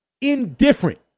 indifferent